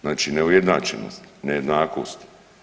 Znači neujednačenost, nejednakost.